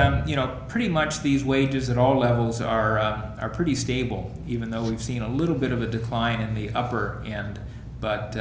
that you know pretty much these wages at all levels are are pretty stable even though we've seen a little bit of a decline in the offer and but